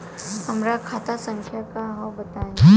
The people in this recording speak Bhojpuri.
हमार खाता संख्या का हव बताई?